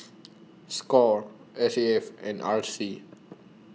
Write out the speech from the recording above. SCORE S A F and R C